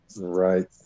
Right